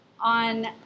on